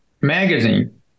magazine